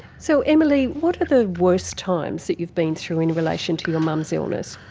so emma leigh, what are the worst times that you've been through in relation to your mum's illness?